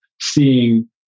seeing